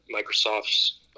Microsoft's